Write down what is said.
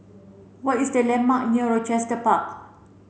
what is the landmark near Rochester Park